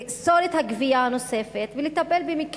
לאסור את הגבייה הנוספת ולטפל במלוא